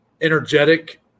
energetic